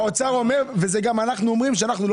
אני אומר שבחוק ההסדרים הקודם הורדנו את זה בוועדת שרים.